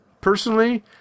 Personally